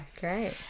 great